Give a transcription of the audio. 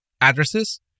addresses